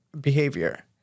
behavior